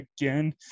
again